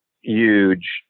huge